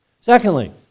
Secondly